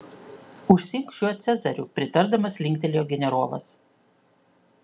užsiimk šiuo cezariu pritardamas linktelėjo generolas